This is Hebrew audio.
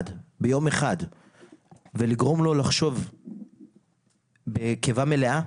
ביום אחד ולגרום לו לחשוב בקיבה מלאה,